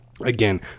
again